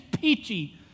peachy